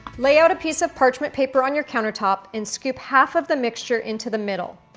lay out a piece of parchment paper on your countertop and scoop half of the mixture into the middle.